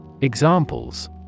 Examples